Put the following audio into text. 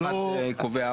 אחד קובע,